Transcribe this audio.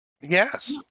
Yes